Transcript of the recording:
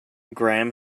graham